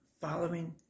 following